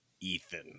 Ethan